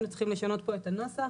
היינו צריכים לשנות פה את הנוסח